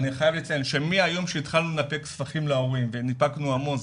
אני חייב לציין שמהיום שהתחלנו לנפק ספחים להורים וניפקנו המון,